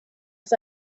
ist